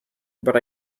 but